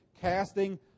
casting